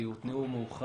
כי הם הוקמו מאוחר,